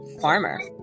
farmer